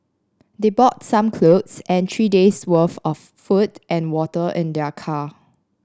they brought some clothes and three days' worth of food and water in their car